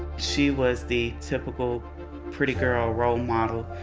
she was the typical pretty girl role model.